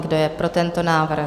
Kdo je pro tento návrh?